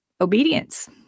obedience